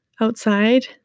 outside